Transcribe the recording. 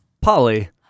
Polly